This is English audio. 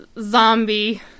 zombie